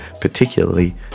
particularly